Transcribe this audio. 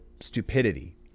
stupidity